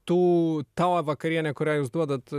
tų ta va vakarienė kurią jūs duodat